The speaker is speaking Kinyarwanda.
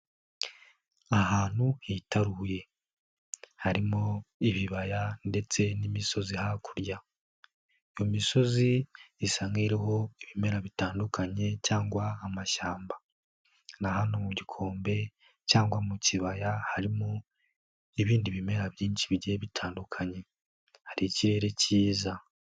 Ahantu hitaruye harimo ibibaya ndetse n'imisozi hakurya, iyo misozi isa nk'iriho ibimera bitandukanye cyangwa amashyamba, na hano mu gikombe cyangwa mu kibaya, harimo ibindi bimera byinshi bigiye bitandukanye, hari ikirere cyiza.